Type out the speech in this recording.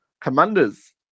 Commanders